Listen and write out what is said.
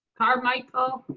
carmichael.